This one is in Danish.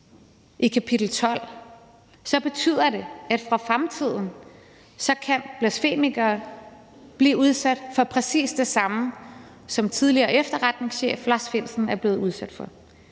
i kapitel 12, betyder det, at for fremtiden kan blasfemikere blive udsat for præcis det samme, som tidligere efterretningschef Lars Findsen er blevet udsat for.